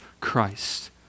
Christ